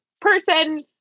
person